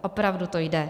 Opravdu to jde.